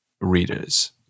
readers